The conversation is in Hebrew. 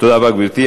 תודה רבה, גברתי.